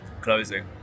closing